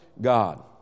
God